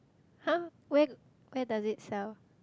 !huh1 where where does it sell